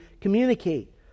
communicate